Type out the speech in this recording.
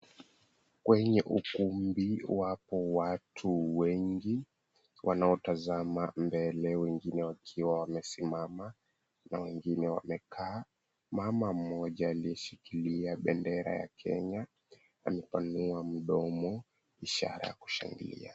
Kwenye ukumbi wapo watu wengi wanaotazama mbele , wengine wakiwa wamesimama na wengine wamekaa. Mama mmoja aliyeshikilia bendera ya Kenya amepanua mdomo ishara ya kushangilia.